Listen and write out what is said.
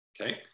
okay